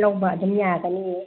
ꯂꯧꯕ ꯑꯗꯨꯝ ꯌꯥꯒꯅꯤꯌꯦ